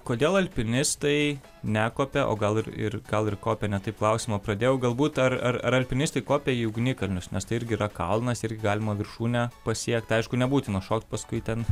kodėl alpinistai nekopia o gal ir ir gal ir kopia ne taip klausimo pradėjau galbūt ar ar alpinistai kopia į ugnikalnius nes tai irgi yra kalnas ir galima viršūnę pasiekt aišku nebūtina šokti paskui ten